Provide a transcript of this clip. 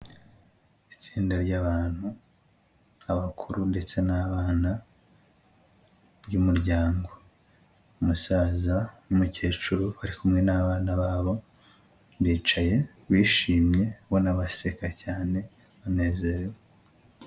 Itsinda ry'abantu, abakuru ndetse n'abana y'umuryango. Umusaza n'umukecuru bari kumwe n'abana babo, bicaye, bishimye, ubona baseka cyane, banezerewe.